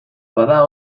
bada